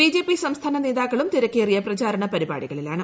BJP സംസ്ഥാന നേതാക്കളും തിരക്കേറിയ പ്രഷ്ടാരണ പരിപാടികളിലാണ്